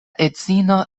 edzino